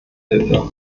hilfe